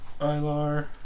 Ilar